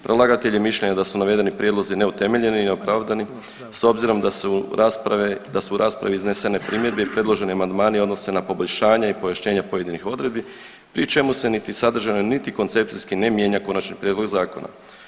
Predlagatelj je mišljenja da su navedeni prijedlozi neutemeljeni i neopravdani s obzirom da su u raspravi izneseni i primjedbe i predloženi amandmani odnose na poboljšanje i pojašnjenje pojedinih odredbi pri čemu se niti sadržajno niti koncepcijski ne mijenja konačni prijedlog zakona.